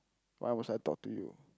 why must I talk to you